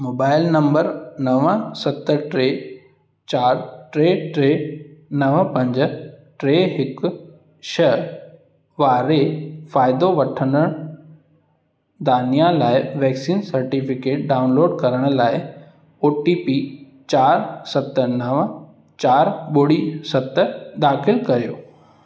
mobile number नव सत टे चारि टे टे नव पंज टे हिकु छह वारे फ़ाइदो वठंदड़ दानिया लाइ वेक्सीन सर्टीफिकेट डाउनलोड करण लाइ ओ टी पी चारि सत नव चारि ॿुड़ी सत दाख़िल कयो